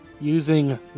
using